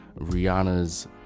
Rihanna's